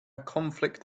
conflict